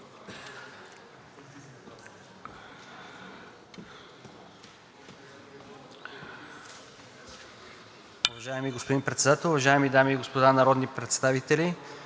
Уважаеми господин Председател, уважаеми дами и господа народни представители!